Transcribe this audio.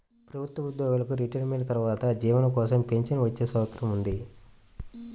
ప్రభుత్వ ఉద్యోగులకు రిటైర్మెంట్ తర్వాత జీవనం కోసం పెన్షన్ వచ్చే సౌకర్యం ఉంది